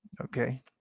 Okay